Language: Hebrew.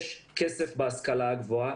יש כסף בהשכלה הגבוהה,